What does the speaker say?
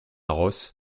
ross